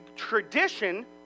Tradition